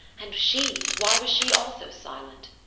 and she, why was she also silent?